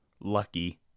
lucky